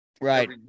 right